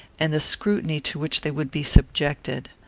and the scrutiny to which they would be subjected.